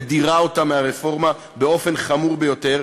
מדירה אותם מהרפורמה באופן חמור ביותר,